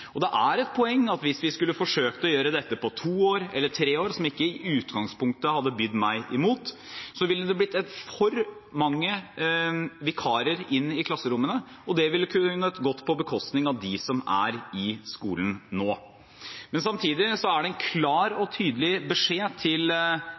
ute. Det er et poeng at hvis vi skulle forsøkt å gjøre dette på to år eller tre år, som i utgangspunktet ikke ville vært meg imot, ville det blitt for mange vikarer i klasserommene, og det ville kunne gått på bekostning av dem som er i skolen nå. Men samtidig er det en klar og tydelig beskjed til